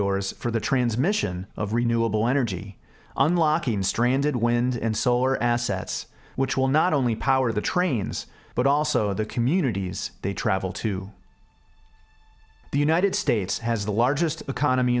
dors for the transmission of renewable energy unlocking stranded wind and solar assets which will not only power the trains but also the communities they travel to the united states has the largest economy